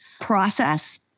process